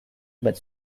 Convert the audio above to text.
but